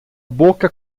boca